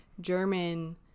german